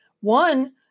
one